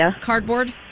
Cardboard